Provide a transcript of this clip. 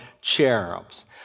cherubs